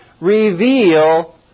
reveal